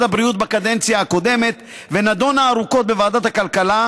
הבריאות בקדנציה הקודמת ונדונה ארוכות בוועדת הכלכלה,